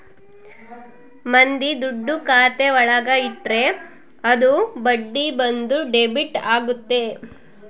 ಮಂದಿ ದುಡ್ಡು ಖಾತೆ ಒಳಗ ಇಟ್ರೆ ಅದು ಬಡ್ಡಿ ಬಂದು ಡೆಬಿಟ್ ಆಗುತ್ತೆ